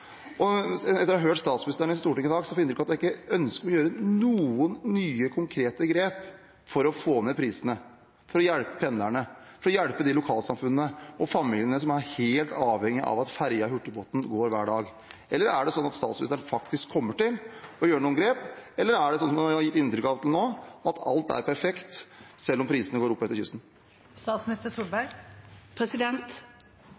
Etter å ha hørt statsministeren i Stortinget i dag ser vi at det ikke er ønske om å ta noen nye konkrete grep for å få ned prisene, for å hjelpe pendlerne, for å hjelpe de lokalsamfunnene og familiene som er helt avhengige av at ferja og hurtigbåten går hver dag. Er det sånn at statsministeren faktisk kommer til å ta noen grep, eller er det sånn som det er gitt inntrykk av nå, at alt er perfekt selv om prisene går opp